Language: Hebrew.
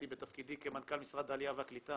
בתפקידי כמנכ"ל משרד העלייה והקליטה.